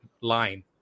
line